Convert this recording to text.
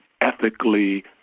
ethically